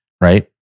right